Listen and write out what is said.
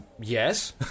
Yes